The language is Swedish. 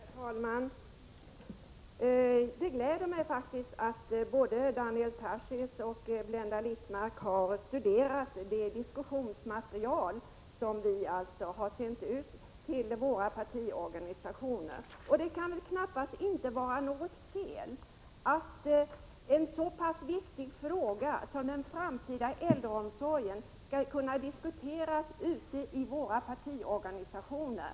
Herr talman! Det gläder mig faktiskt att både Daniel Tarschys och Blenda Littmarck har studerat det diskussionsmaterial som vi har sänt ut till våra partiorganisationer. Det kan knappast vara något fel att en så pass viktig fråga som den framtida äldreomsorgen diskuteras ute i våra partiorganisationer.